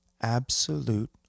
absolute